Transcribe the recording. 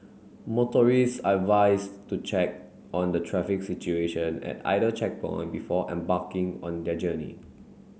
motorists are advised to check on the traffic situation at either checkpoint before embarking on their journey